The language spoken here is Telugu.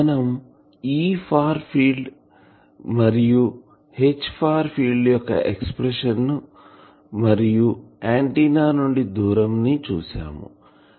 మనం E ఫార్ ఫీల్డ్ మరియు H ఫార్ ఫీల్డ్ యొక్క ఎక్సప్రెషన్ మరియు ఆంటిన్నానుండి దూరం ని చూసాం